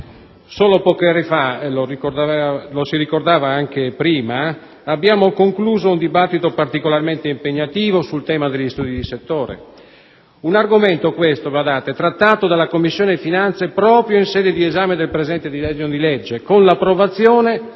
Solo poche ore fa - lo si ricordava anche prima - abbiamo concluso un dibattito particolarmente impegnativo sul tema degli studi di settore, un argomento questo, badate, trattato dalla Commissione finanze proprio in sede di esame del presente disegno di legge, con l'approvazione